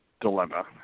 dilemma